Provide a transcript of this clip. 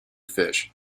fish